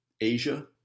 Asia